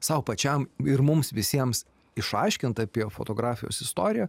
sau pačiam ir mums visiems išaiškint apie fotografijos istoriją